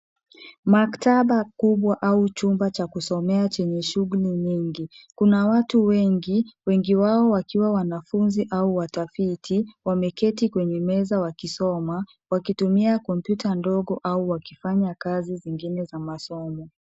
Maktaba kubwa au chumba cha kusomea chenye shuguli nyingi. Kuna watu wengi ,wengi wao wakiwa wanafunzi au watafiti wameketi kwenye meza wakisoma wakitumia kompyuta ndogo au wakifanya kazi zingine za masomo.